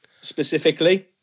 specifically